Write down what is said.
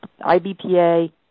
IBPA